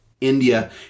India